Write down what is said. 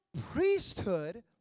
priesthood